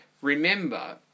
Remember